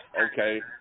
Okay